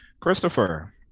Christopher